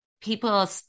people